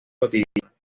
cotidiana